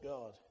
God